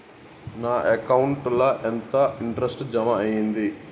నా అకౌంట్ ల ఎంత ఇంట్రెస్ట్ జమ అయ్యింది?